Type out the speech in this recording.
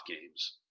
games